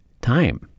time